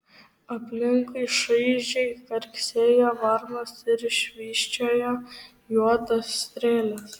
aplinkui šaižiai karksėjo varnos ir švysčiojo juodos strėlės